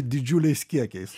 didžiuliais kiekiais